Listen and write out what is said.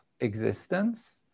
existence